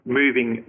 moving